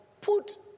put